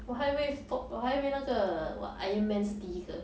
我还以为 fu~ 我还以为那个 what iron man 是第一个